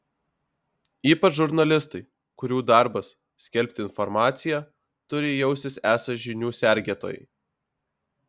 ypač žurnalistai kurių darbas skelbti informaciją turi jaustis esą žinių sergėtojai